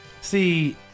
See